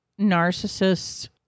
narcissists